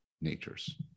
natures